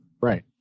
Right